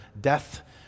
death